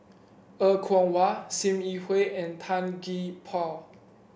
Er Kwong Wah Sim Yi Hui and Tan Gee Paw